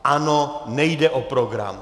Ano, nejde o program.